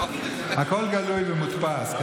הכול גלוי ומודפס.